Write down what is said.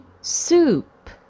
soup